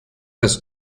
das